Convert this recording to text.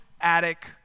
attic